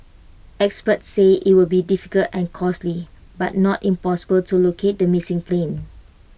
experts say IT will be difficult and costly but not impossible to locate the missing plane